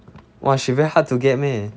!wah! she very hard to get meh